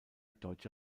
deutsche